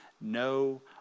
no